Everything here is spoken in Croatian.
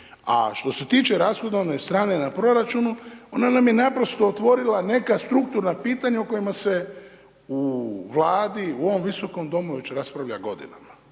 A što se tiče rashodovne strane na proračunu, ona nam je naprosto otvorila neka strukturna pitanja o kojima se u Vladi, u ovom visokom domu već raspravlja godinama.